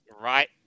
right